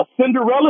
Cinderella